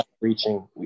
reaching –